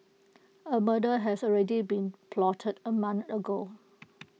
A murder has already been plotted A month ago